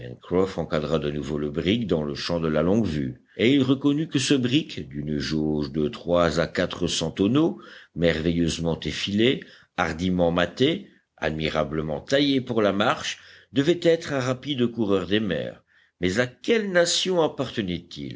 encadra de nouveau le brick dans le champ de la longuevue et il reconnut que ce brick d'une jauge de trois à quatre cents tonneaux merveilleusement effilé hardiment mâté admirablement taillé pour la marche devait être un rapide coureur des mers mais à quelle nation appartenait-il